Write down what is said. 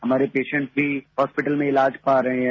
हमारे पेंशेट्स भी हॉस्पिटल में इलाज पा रहे हैं